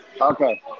Okay